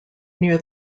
near